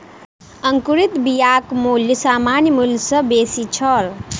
अंकुरित बियाक मूल्य सामान्य मूल्य सॅ बेसी छल